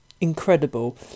incredible